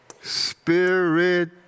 spirit